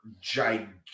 gigantic